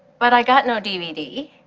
but i got no dvd,